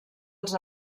els